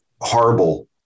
horrible